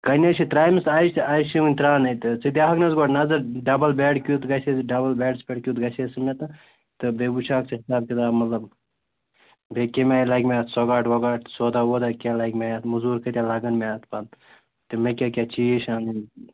کَنہِ حظ چھِ ترٛاومَژ اَجہِ تہٕ اَجہِ چھِ وُنہِ ترٛاونٕے تہٕ ژٕ دِہاکھ نہَ حظ گۄڈٕ نظر ڈبُل بیٚڈ کٮُ۪تھ گژھِ ڈَبُل بیٚڈَس پٮ۪ٹھ کٮُ۪تھ گژھِ ہے سُہ مےٚ تتھ تہٕ بیٚیہِ وُچھٕ ہاکھ ژٕ حِساب کِتاب مطلب بیٚیہِ کیٚمہِ آیہِ لَگہِ مےٚ اَتھ سوگاٹھ وۄگاٹھ سودا وودا کیٛاہ لَگہِ مےٚ اَتھ موٚزوٗر کۭتیاہ لَگَن مےٚ اَتھ پتہٕ تہٕ مےٚ کیٛاہ کیٛاہ چیٖز چھِ اَنٕنۍ